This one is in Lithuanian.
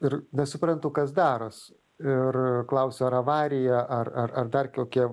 ir nesuprantu kas darosi ir klausiu ar avarija ar ar ar dar kokie